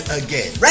again